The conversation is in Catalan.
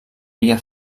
via